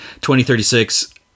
2036